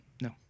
No